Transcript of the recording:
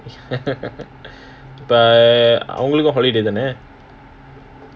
but அவங்களுக்கும்:avangalukkum holiday தானே:thaanae